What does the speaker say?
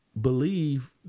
believe